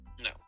no